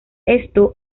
esto